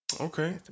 Okay